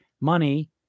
money